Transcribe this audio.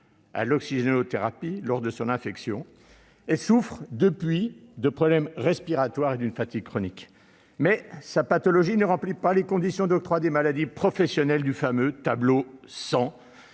à l'oxygénothérapie lors de son infection et souffre, depuis lors, de problèmes respiratoires et de fatigue chronique. Pourtant, sa pathologie ne remplit pas les conditions d'octroi des maladies professionnelles du fameux tableau n°